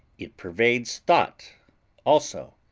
it pervades thought also.